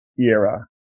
era